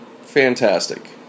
fantastic